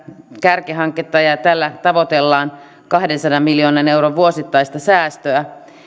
kärkihanketta ja jolla tavoitellaan kahdensadan miljoonan euron vuosittaista säästöä